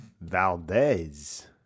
Valdez